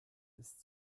ist